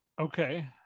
okay